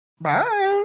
bye